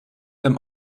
dem